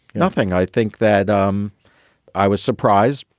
nothing. i think that um i was surprised.